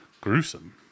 gruesome